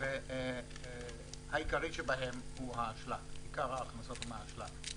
ועיקר ההכנסות הן מהאשלג.